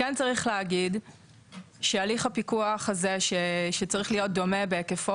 כן צריך להגיד שהליך הפיקוח הזה שצריך להיות דומה בהיקפו